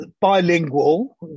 bilingual